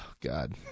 God